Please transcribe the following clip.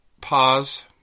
Pause